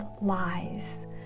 lies